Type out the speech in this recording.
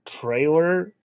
trailer